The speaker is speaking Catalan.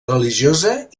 religiosa